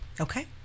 Okay